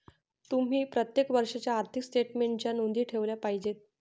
तुम्ही प्रत्येक वर्षाच्या आर्थिक स्टेटमेन्टच्या नोंदी ठेवल्या पाहिजेत